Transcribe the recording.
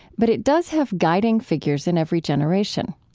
but it does have guiding figures in every generation.